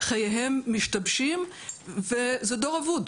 חייהם משתבשים וזה דור אבוד,